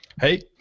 Hey